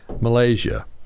Malaysia